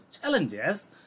challenges